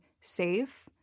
safe